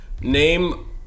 Name